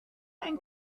ein